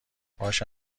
باشه